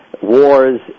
Wars